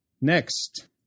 Next